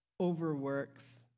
Overworks